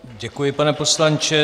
Děkuji, pane poslanče.